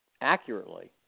accurately